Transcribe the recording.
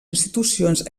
institucions